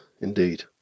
indeed